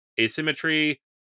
asymmetry